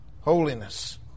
Holiness